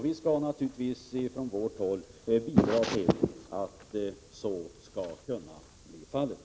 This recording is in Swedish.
Vi skall naturligtvis från vårt håll bidra till att så skall kunna bli fallet.